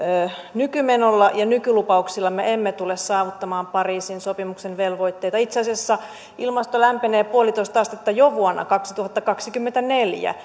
nykymenolla ja nykylupauksilla me emme tule saavuttamaan pariisin sopimuksen velvoitteita itse asiassa ilmasto lämpenee puolitoista astetta jo vuonna kaksituhattakaksikymmentäneljä